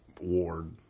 ward